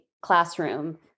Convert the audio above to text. classroom